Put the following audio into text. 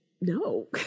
No